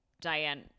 Diane